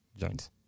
Joints